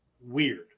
weird